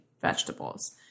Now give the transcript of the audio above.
vegetables